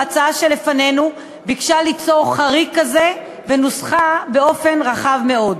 ההצעה שלפנינו ביקשה ליצור חריג כזה ונוסחה באופן רחב מאוד.